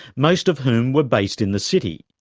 most of whom were based in the city.